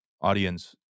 audience